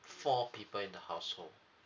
four people in the household